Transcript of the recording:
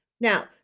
Now